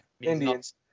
Indians